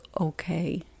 okay